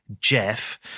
Jeff